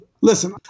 Listen